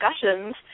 discussions